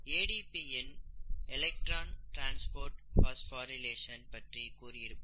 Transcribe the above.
ADP இன் electron transport phosphorylation பற்றி கூறியிருப்பார்கள்